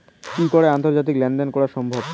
কি করে আন্তর্জাতিক লেনদেন করা সম্ভব?